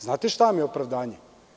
Znate šta vam je opravdanje?